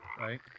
right